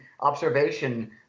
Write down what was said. observation